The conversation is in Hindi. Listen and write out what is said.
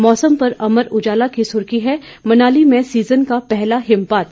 मौसम पर अमर उजाला की सुर्खी है मनाली में सीजन का पहला हिमपात